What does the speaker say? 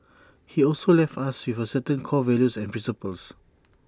he also left us with certain core values and principles